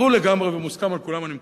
ברור לגמרי ומוסכם על כולם, אני מקווה,